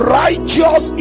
righteous